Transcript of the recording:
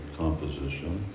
composition